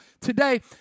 today